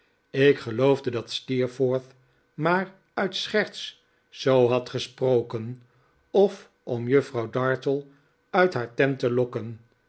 ik geloofde dat steerforth maar uit scherts zoo had gesproken of om juffrouw dartle uit haar tent te lokken